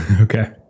Okay